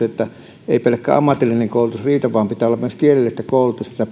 että ei pelkkä ammatillinen koulutus riitä vaan pitää olla myös kielellistä koulutusta